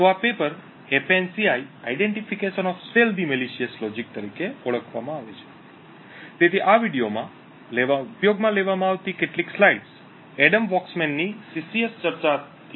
તો આ paper "FANCI identification of stealthy malicious logic તરીકે ઓળખવામાં આવે છે તેથી આ વિડિઓમાં ઉપયોગમાં લેવામાં આવતી કેટલીક સ્લાઇડ્સ એડમ વોક્સમેન ની સીસીએસ ચર્ચાથી લેવામાં આવી છે